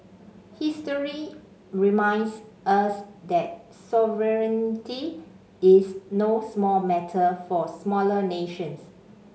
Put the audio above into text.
history reminds us that sovereignty is no small matter for smaller nations